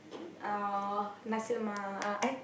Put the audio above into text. or Nasi-Lemak